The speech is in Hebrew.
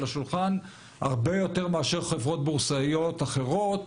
השולחן הרבה יותר מחברות בורסאיות אחרות